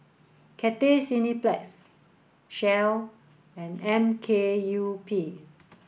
Cathay Cineplex Shell and M K U P